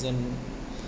~son